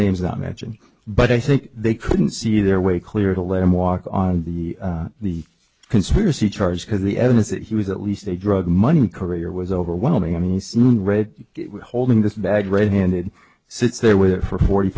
name is not matching but i think they couldn't see their way clear to let him walk on the the conspiracy charge because the evidence that he was at least a drug money career was overwhelming i mean read holding this bag red handed sits there with it for forty